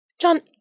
John